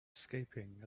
escaping